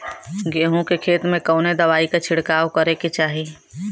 गेहूँ के खेत मे कवने दवाई क छिड़काव करे के चाही?